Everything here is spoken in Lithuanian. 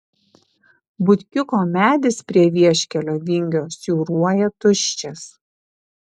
butkiuko medis prie vieškelio vingio siūruoja tuščias